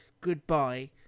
goodbye